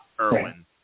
Irwin